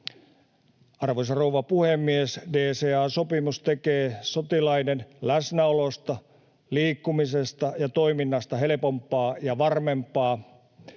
Arvoisa rouva puhemies! DCA-sopimus tekee sotilaiden läsnäolosta, liikkumisesta ja toiminnasta helpompaa ja varmempaa.